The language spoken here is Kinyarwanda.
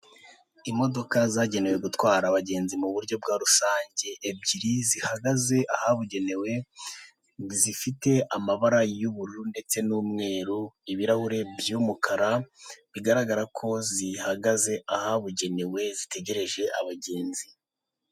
Imodoka zagenewe gutwara abagenzi mu buryo bwa rusange ebyiri; zihagaze ahabugenewe zifite amabara y'ubururu ndetse n'umweru, ibirahuri by'umukara bigaragara ko zihagaze ahabugenewe zitegereje abagenzi.